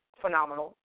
phenomenal